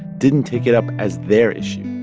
didn't take it up as their issue